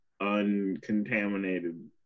uncontaminated